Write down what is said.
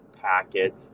packet